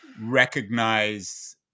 recognize